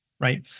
right